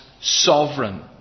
sovereign